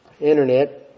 internet